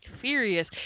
furious